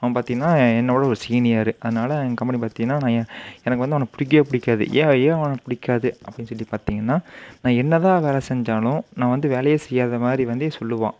அவன் பார்த்தீங்கன்னா என்னை விட ஒரு சீனியரு அதனால் என் கம்பெனி பார்த்தீங்கன்னா நான் என் எனக்கு வந்து அவனை பிடிக்கவே பிடிக்காது ஏன் ஏன் அவனை பிடிக்காது அப்படின் சொல்லி பார்த்தீங்கன்னா நான் என்ன தான் வேலை செஞ்சாலும் நான் வந்து வேலையே செய்யாத மாதிரி வந்தே சொல்லுவான்